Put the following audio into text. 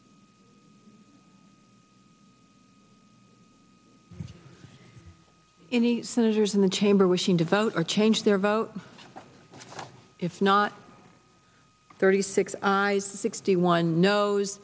the senators in the chamber wishing to vote or change their vote if not thirty six i sixty one knows